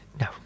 No